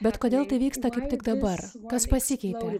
bet kodėl tai vyksta kaip tik dabar kas pasikeitė